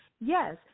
yes